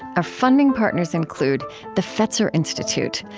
our funding partners include the fetzer institute,